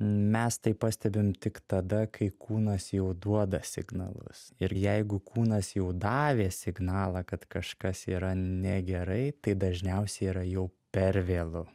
mes tai pastebim tik tada kai kūnas jau duoda signalus ir jeigu kūnas jau davė signalą kad kažkas yra negerai tai dažniausiai yra jau per vėlu